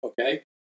okay